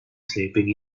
sleeping